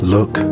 Look